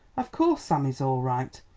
of course sam is all right.